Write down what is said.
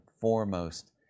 foremost